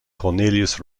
cornelius